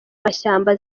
mashyamba